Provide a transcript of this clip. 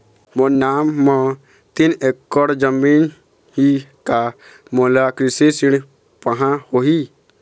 मोर नाम म तीन एकड़ जमीन ही का मोला कृषि ऋण पाहां होही?